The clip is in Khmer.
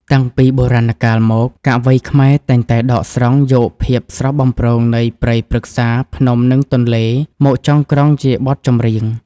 តាំងពីបុរាណកាលមក កវីខ្មែរតែងតែដកស្រង់យកភាពស្រស់បំព្រងនៃព្រៃព្រឹក្សា ភ្នំ និងទន្លេ មកចងក្រងជាបទចម្រៀង។